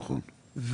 נכון.